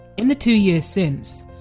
in the two years since,